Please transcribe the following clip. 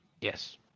Yes